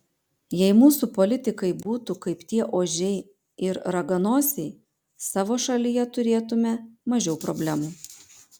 jei mūsų politikai būtų kaip tie ožiai ir raganosiai savo šalyje turėtumėme mažiau problemų